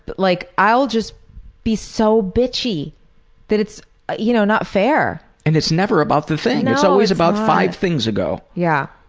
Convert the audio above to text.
but like i'll just be so bitchy that it's ah you know not fair. and it's never about the thing. it's always about five things ago. yeah.